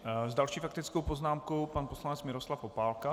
S další faktickou poznámkou pan poslanec Miroslav Opálka.